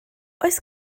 oes